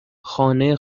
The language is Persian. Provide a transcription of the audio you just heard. خانه